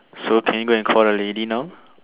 so can you go and call the lady now